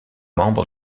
membre